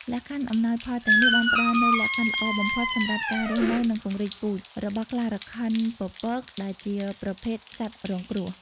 លក្ខខណ្ឌអំណោយផលទាំងនេះបានផ្តល់នូវ លក្ខខណ្ឌល្អបំផុតសម្រាប់ការរស់នៅ និងពង្រីកពូជ របស់ខ្លារខិនពពក ដែលជាប្រភេទសត្វរងគ្រោះ។